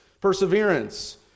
perseverance